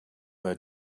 were